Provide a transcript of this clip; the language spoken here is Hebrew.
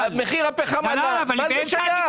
מחיר הפחם עלה מה זה שייך?